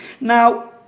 Now